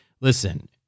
listen